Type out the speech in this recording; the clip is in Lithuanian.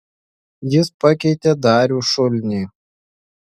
jis pakeitė darių šulnį